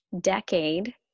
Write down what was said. decade